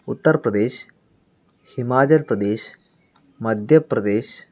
Uttar Pradesh Himachal Pradesh Madhya Pradesh